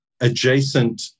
adjacent